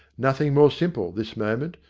nothing more simple, this moment,